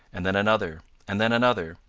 and then another, and then another,